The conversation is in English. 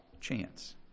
chance